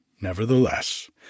nevertheless